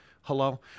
hello